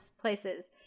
places